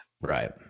Right